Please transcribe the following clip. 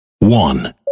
one